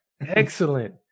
excellent